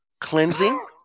cleansing